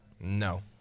No